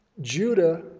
Judah